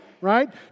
right